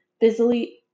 busily